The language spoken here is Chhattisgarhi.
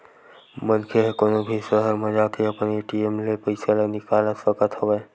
मनखे ह कोनो भी सहर म जाके अपन ए.टी.एम ले पइसा ल निकाल सकत हवय